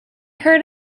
heard